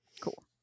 Cool